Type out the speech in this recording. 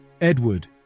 Edward